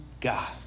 God